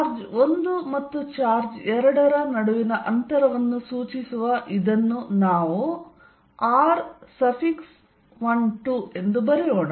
charge 1 ಮತ್ತು charge 2 ನಡುವಿನ ಅಂತರವನ್ನು ಸೂಚಿಸುವ ಇದನ್ನು ನಾವು r12 ಎಂದು ಬರೆಯೋಣ